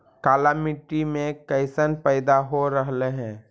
काला मिट्टी मे कैसन पैदा हो रहले है?